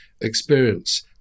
experience